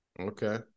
Okay